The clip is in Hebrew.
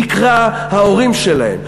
נקרא ההורים שלהם.